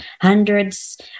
hundreds